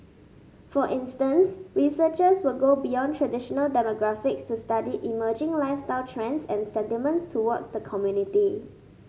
for instance researchers will go beyond traditional demographics to study emerging lifestyle trends and sentiments towards the community